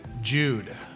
Jude